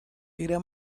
era